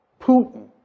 putin